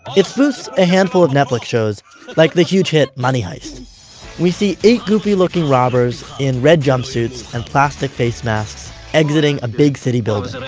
it spoofs a handful of netflix shows like the huge hit money heist we see eight goofy-looking robbers in red jumpsuits and plastic face masks exiting a big city building.